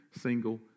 single